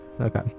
Okay